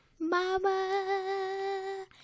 Mama